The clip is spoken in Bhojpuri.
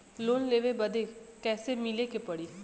लोन लेवे बदी कैसे मिले के पड़ी?